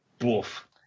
Wolf